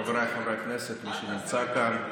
חבריי חברי הכנסת, מי שנמצא כאן,